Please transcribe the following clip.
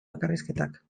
bakarrizketak